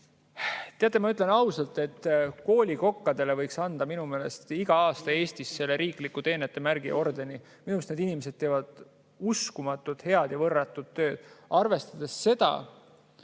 Teate, ma ütlen ausalt, et Eesti koolikokkadele võiks minu meelest igal aastal anda selle riikliku teenetemärgi, ordeni. Minu arust need inimesed teevad uskumatult head ja võrratut tööd, arvestades seda,